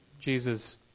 Jesus